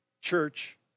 church